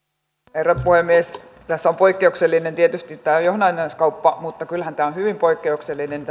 herra puhemies tässä on poikkeuksellinen tietysti tämä johdannaiskauppa mutta kyllähän tämä käsittely on hyvin poikkeuksellinen